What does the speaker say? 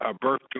birth